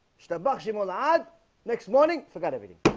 starbucks in malad next morning forgot everything